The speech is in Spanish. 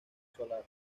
solar